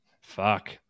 Fuck